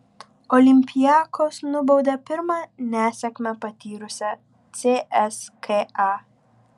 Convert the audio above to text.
olympiakos nubaudė pirmą nesėkmę patyrusią cska